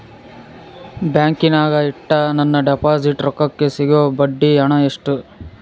ಬ್ಯಾಂಕಿನಾಗ ಇಟ್ಟ ನನ್ನ ಡಿಪಾಸಿಟ್ ರೊಕ್ಕಕ್ಕೆ ಸಿಗೋ ಬಡ್ಡಿ ಹಣ ಎಷ್ಟು?